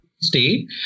stay